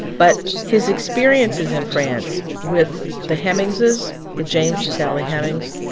but his experiences in france with the hemingses, with james and sally hemings,